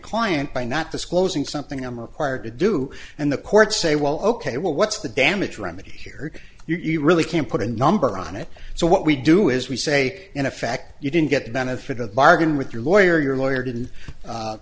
client by not disclosing something i am required to do and the courts say well ok well what's the damage remedy here you really can't put a number on it so what we do is we say in effect you didn't get the benefit of the bargain with your lawyer your lawyer didn't